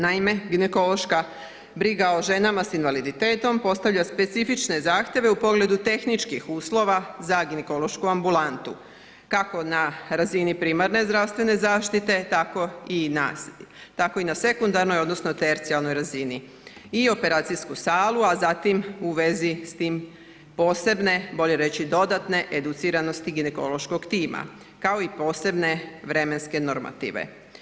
Naime, ginekološka briga o ženama s invaliditetom postavlja specifične zahtjeve u pogledu tehničkih uslova za ginekološku ambulantu, kako na razini primarne zdravstvene zaštite, tako i na sekundarnoj odnosno tercijalnoj razini i operacijsku salu, a zatim u vezi s tim posebne, bilje reći dodatne educiranosti ginekološkog tima kao i posebne vremenske normative.